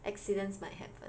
accidents might happen